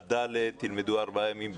עד ד' ילמדו ארבעה ימים בשבוע,